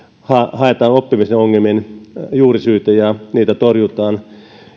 haetaan oppimisen ongelmien juurisyitä ja niitä torjutaan